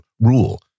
rule